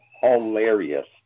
hilarious